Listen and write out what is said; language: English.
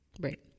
Right